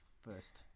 first